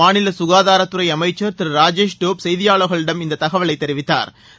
மாநில சுகாதாரத்துறை அமைச்சர் திரு ராஜேஷ் டோப் செய்தியாளர்களிடம் இந்த தகவலை தெரிவித்தாா்